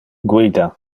guida